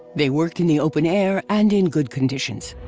they worked in the open air and in good conditions.